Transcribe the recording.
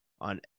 on